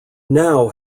now